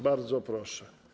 Bardzo proszę.